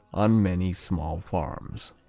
on many small farms.